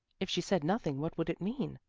if she said nothing what would it mean?